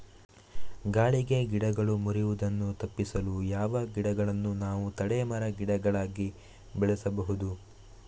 ಗಾಳಿಗೆ ಗಿಡಗಳು ಮುರಿಯುದನ್ನು ತಪಿಸಲು ಯಾವ ಗಿಡಗಳನ್ನು ನಾವು ತಡೆ ಮರ, ಗಿಡಗಳಾಗಿ ಬೆಳಸಬಹುದು?